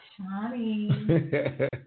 Shani